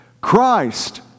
Christ